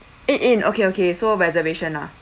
eat in okay okay so reservation ah